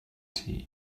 tea